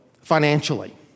financially